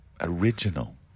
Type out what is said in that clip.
Original